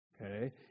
okay